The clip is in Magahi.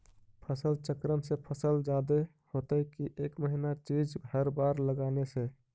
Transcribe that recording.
फसल चक्रन से फसल जादे होतै कि एक महिना चिज़ हर बार लगाने से?